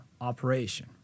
operation